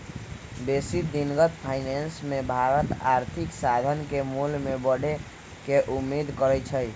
बेशी दिनगत फाइनेंस मे भारत आर्थिक साधन के मोल में बढ़े के उम्मेद करइ छइ